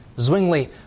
Zwingli